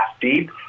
deep